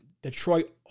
Detroit